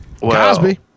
Cosby